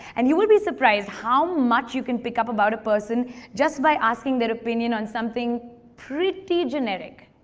and you will be surprised how much you can pick up about a person just by asking their opinion on something pretty generic.